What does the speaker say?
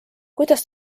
kuidas